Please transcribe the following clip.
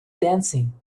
dancing